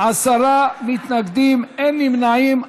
עשרה מתנגדים, אין נמנעים.